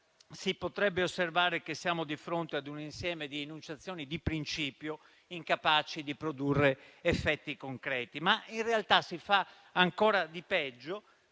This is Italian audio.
si potrebbe osservare che siamo di fronte ad un insieme di enunciazioni di principio incapaci di produrre effetti concreti. In realtà si fa ancora di peggio.